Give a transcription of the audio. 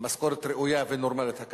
משכורת ראויה ונורמלית.